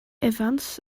evans